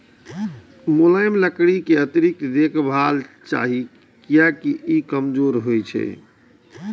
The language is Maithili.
मुलायम लकड़ी कें अतिरिक्त देखभाल चाही, कियैकि ई कमजोर होइ छै